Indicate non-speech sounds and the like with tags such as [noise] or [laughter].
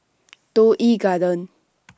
[noise] Toh Yi Garden [noise]